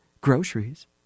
groceries